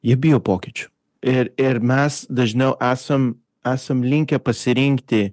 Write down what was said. jie bijo pokyčių ir ir mes dažniau esam esam linkę pasirinkti